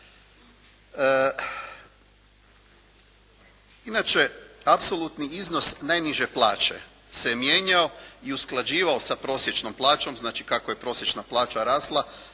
Inače apsolutni iznos najniže plaće se je mijenjao i usklađivao sa prosječnom plaćom, znači kako je prosječna plaća rasla